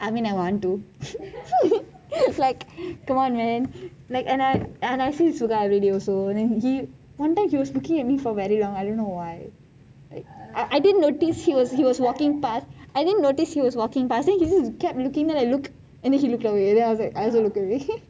I mean I want to like come on man like and I and I see sudha everyday also one time he was looking at me very long I don't know why I didnt notice he was he was walking past I didn't notice he was walking past and then he just kept giving me the look and then he looked away and then I was like I also looked away